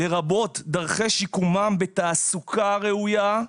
לרבות: דרכי שיקומם בתעסוקה ראויה,